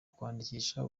kwandikisha